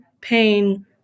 pain